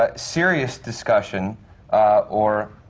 ah serious discussion or